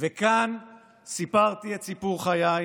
ו"כאן סיפרתי את סיפור חיי,